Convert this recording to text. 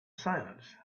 silence